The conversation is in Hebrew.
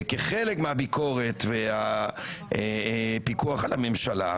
כחלק מהביקורת והפיקוח על הממשלה.